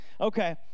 Okay